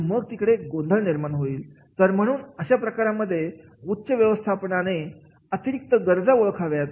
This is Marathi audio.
आणि मग तिकडे गोंधळ निर्माण होईल तर म्हणून अशा प्रकारांमध्ये उच्च व्यवस्थापनाने अतिरिक्त गरजा ओळखाव्यात